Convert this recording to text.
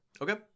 Okay